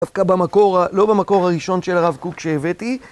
דווקא במקור, לא במקור הראשון של הרב קוק שהבאתי.